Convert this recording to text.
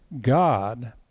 God